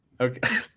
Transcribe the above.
Okay